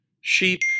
sheep